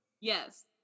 Yes